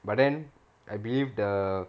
but then I believe the